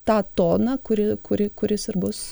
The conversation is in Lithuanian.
tą toną kuri kuri kuris ir bus